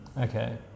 Okay